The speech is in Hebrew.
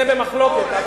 זה במחלוקת,